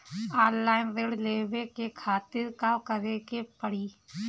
Online ऋण लेवे के खातिर का करे के पड़ी?